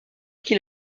qu’il